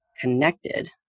connected